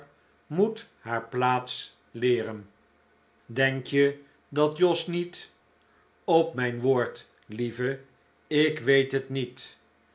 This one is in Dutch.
moet haar plaats leeren denk je dat jos niet op mijn woord lieve ik weet het niet